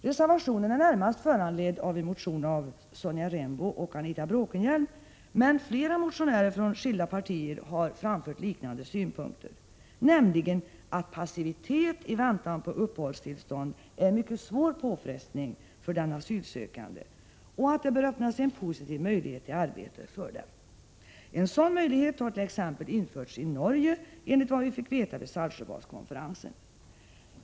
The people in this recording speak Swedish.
Reservationen är närmst föranledd av en motion av Sonja Rembo och Anita Bråkenhielm, men flera motionärer från skilda partier har framfört liknande synpunkter, nämligen att passivitet under väntan på uppehållstillstånd är en mycket svår påfrestning för de asylsökande och att det bör öppnas en positiv möjlighet till arbete för dem. En sådan möjlighet hart.ex. införts i Norge enligt vad vi fick veta vid Saltsjöbadskonferensen.